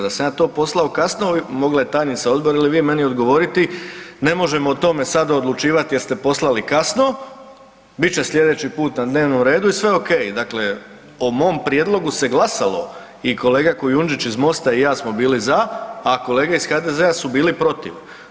Da sam ja to poslao kasno, mogla je tajnica Odbora ili vi meni odgovoriti, ne možemo o tome sada odlučivati jer ste poslali kasno, bit će sljedeći put na dnevnom redu i sve okej, dakle o mom prijedlogu se glasalo i kolega Kujundžić iz Mosta i ja smo bili za, a kolege iz HDZ-a su bili protiv.